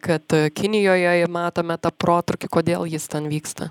kad kinijoje įmatome tą protrūkį kodėl jis ten vyksta